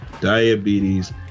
diabetes